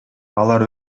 алар